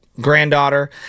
granddaughter